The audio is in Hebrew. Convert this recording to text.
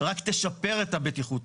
רק תשפר את הבטיחות,